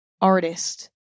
artist